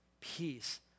peace